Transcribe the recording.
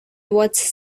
was